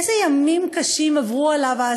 איזה ימים קשים עברו עליו אז,